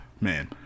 Man